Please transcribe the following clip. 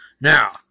Now